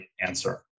answer